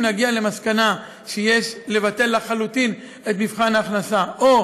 אם נגיע למסקנה שיש לבטל לחלוטין את מבחן ההכנסה או